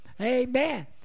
Amen